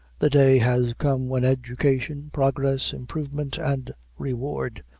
the day has come when education, progress, improvement and reward,